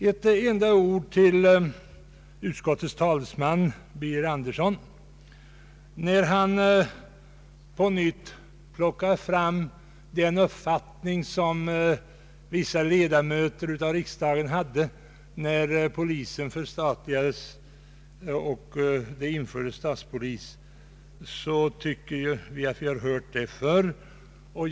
Jag vill först rikta mig till utskottets talesman, herr Birger Andersson, som på nytt plockade fram den uppfattning som vissa ledamöter av riksdagen hade när polisen förstatligades och statspolis infördes. Vi tycker att vi har hört det resonemanget förr.